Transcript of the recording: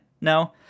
No